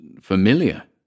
familiar